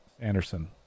Anderson